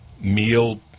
meal